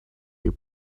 your